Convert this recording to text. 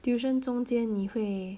tuition 中间你会